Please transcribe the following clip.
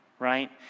right